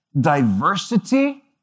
diversity